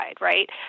right